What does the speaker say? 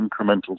incremental